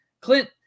clint